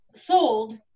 sold